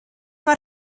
mae